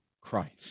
Christ